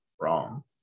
wrong